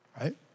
right